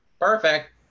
perfect